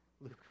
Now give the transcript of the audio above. Luke